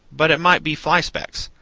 but it might be fly-specks.